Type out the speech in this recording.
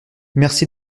merci